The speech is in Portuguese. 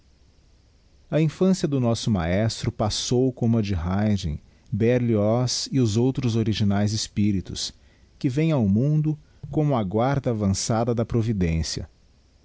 a infância do nosso maestro passou como a de haydn berlioz e os outros originaes espirites que vêm ao mundo como a guarda avançada da providencia